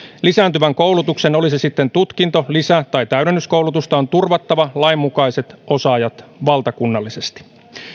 lisääntyvän koulutuksen oli se sitten tutkinto lisä tai täydennyskoulutusta on turvattava lainmukaiset osaajat valtakunnallisesti